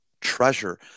treasure